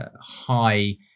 high